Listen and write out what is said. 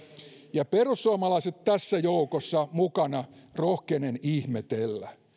ja perussuomalaiset tässä joukossa mukana rohkenen ihmetellä